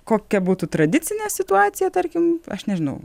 kokia būtų tradicinė situacija tarkim aš nežinau